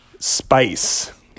spice